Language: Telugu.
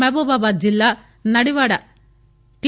మహబూబాబాద్ జిల్లా నడివాడ టి